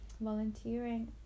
volunteering